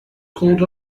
called